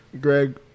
Greg